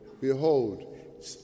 behold